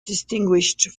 distinguished